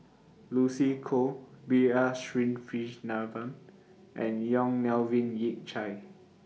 Lucy Koh B R and Yong Melvin Yik Chye